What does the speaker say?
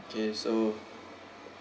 okay so